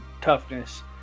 toughness